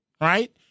right